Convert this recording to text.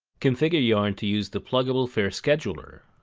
configure yarn to use the pluggable fair scheduler.